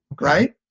right